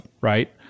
right